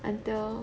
until